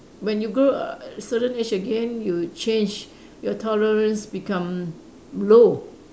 when you grow a uh certain age again you change your tolerance become low